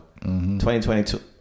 2022